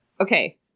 okay